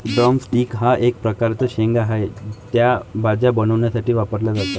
drum sticks हा एक प्रकारचा शेंगा आहे, त्या भाज्या बनवण्यासाठी वापरल्या जातात